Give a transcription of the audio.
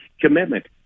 commitment